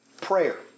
Prayer